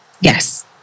Yes